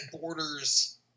borders